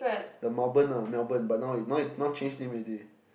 the Mellben lah Mellben but now now change name already